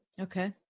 Okay